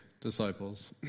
disciples